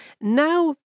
Now